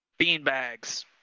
Beanbags